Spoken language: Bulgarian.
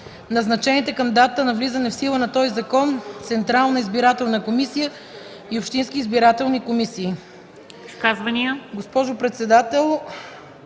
назначените към датата на влизането в сила на този закон Централна избирателна комисия и общински избирателни комисии.”